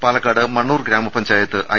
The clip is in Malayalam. പാലക്കാട് മണ്ണൂർ ഗ്രാമപഞ്ചായത്ത് ഐ